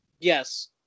Yes